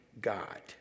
God